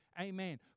Amen